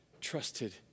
trusted